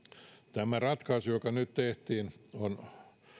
tämä ratkaisu joka nyt tehtiin on